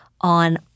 on